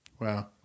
Wow